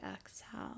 exhale